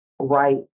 right